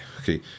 okay